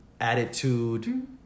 attitude